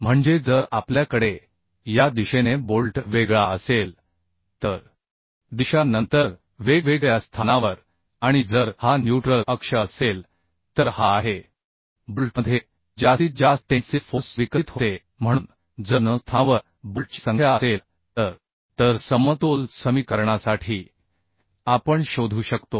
म्हणजे जर आपल्याकडे या दिशेने बोल्ट वेगळा असेल तर दिशा नंतर वेगवेगळ्या स्थानावर आणि जर हा न्यूट्रल अक्ष असेल तर हा आहे बोल्टमध्ये जास्तीत जास्त टेन्सिल फोर्स विकसित होते म्हणून जर n स्थानावर बोल्टची संख्या असेल तर तर समतोल समीकरणासाठी आपण शोधू शकतो